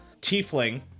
tiefling